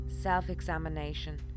self-examination